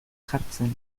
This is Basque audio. jartzen